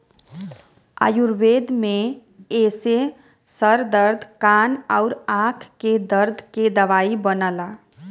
आयुर्वेद में एसे सर दर्द कान आउर आंख के दर्द के दवाई बनला